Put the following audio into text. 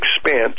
expense